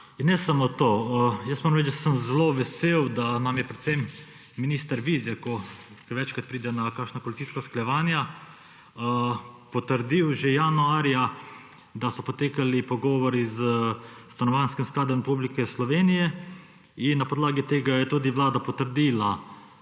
In ne samo to! Moram reči, da sem zelo vesel, da nam je predvsem minister Vizjak, ko večkrat pride na kakšna koalicijska usklajevanja, potrdil že januarja, da so potekali pogovori s Stanovanjskim skladom Republike Slovenije in na podlagi tega je tudi Vlada potrdila